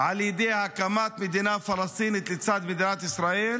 על ידי הקמת מדינה פלסטינית לצד מדינת ישראל,